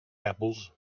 apples